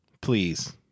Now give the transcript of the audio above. Please